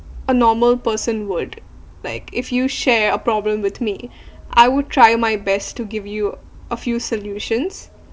a normal person would like if you share a problem with me I would try my best to give you a few solutions